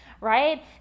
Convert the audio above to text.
right